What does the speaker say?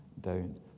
down